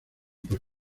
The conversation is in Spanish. pues